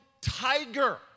tiger